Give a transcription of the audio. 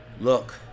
Look